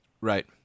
Right